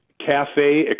Cafe